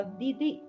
didi